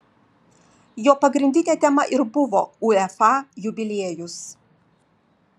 jo pagrindinė tema ir buvo uefa jubiliejus